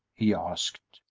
he asked.